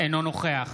אינו נוכח